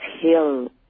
hill